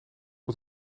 het